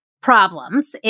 problems